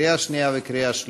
לקריאה שנייה וקריאה שלישית.